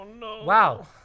Wow